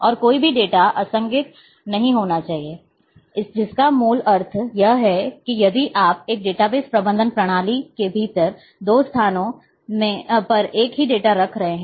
और कोई भी डेटा असंगति नहीं होनी चाहिए जिसका मूल अर्थ यह है कि यदि आप एक डेटाबेस प्रबंधन प्रणाली के भीतर दो स्थानों पर एक ही डेटा रख रहे हैं